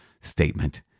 statement